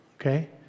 Okay